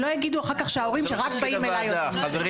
שלא יגידו אחר-כך שההורים שרק באים אליי --- אלי